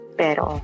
pero